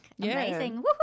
Amazing